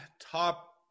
top